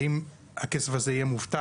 האם הכסף הזה יהיה מובטח,